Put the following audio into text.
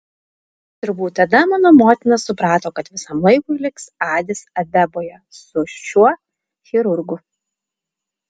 turbūt tada mano motina suprato kad visam laikui liks adis abeboje su šiuo chirurgu